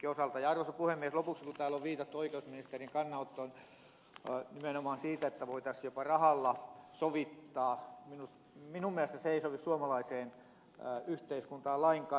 lopuksi kun täällä on viitattu oikeusministerin kannanottoon nimenomaan siitä että voitaisiin jopa rahalla sovittaa minun mielestäni se ei sovi suomalaiseen yhteiskuntaan lainkaan